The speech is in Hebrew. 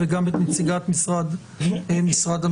וגם את נציגת משרד המשפטים.